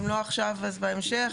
ואם לא עכשיו אז בהמשך,